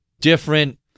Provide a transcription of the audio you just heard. different